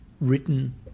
written